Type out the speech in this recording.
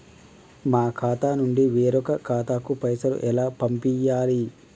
మా ఖాతా నుండి వేరొక ఖాతాకు పైసలు ఎలా పంపియ్యాలి?